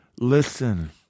Listen